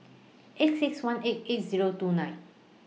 eight six one eight eight Zero two nine